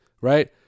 right